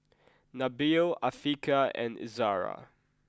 Nabil Afiqah and Izzara